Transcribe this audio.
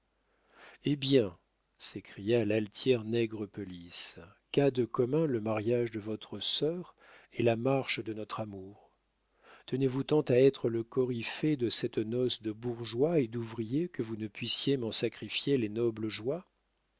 hé bien s'écria l'altière nègrepelisse qu'a de commun le mariage de votre sœur et la marche de notre amour tenez-vous tant à être le coryphée de cette noce de bourgeois et d'ouvriers que vous ne puissiez m'en sacrifier les nobles joies